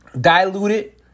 diluted